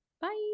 bye